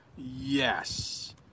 Yes